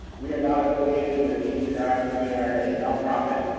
we are not affiliated with any tribe. we are a non-profit.